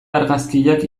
argazkiak